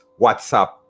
WhatsApp